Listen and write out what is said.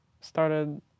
started